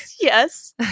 Yes